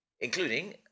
including